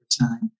time